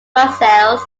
marseilles